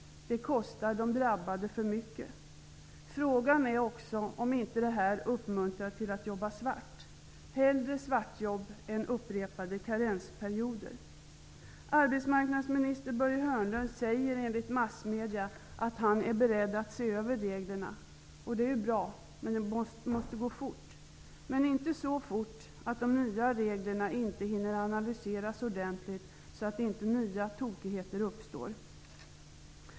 Det kostar de drabbade för mycket. Frågan är också om inte detta uppmuntrar till att jobba svart. Man tar hellre svartjobb än upprepade karensperioder. Arbetsmarknadsminister Börje Hörnlund säger, enligt massmedierna, att han är beredd att se över reglerna. Det är bra. Det måste gå fort, men det får inte gå så fort att de nya reglerna inte hinner analyseras ordentligt. Nya tokigheter får inte uppstå.